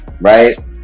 right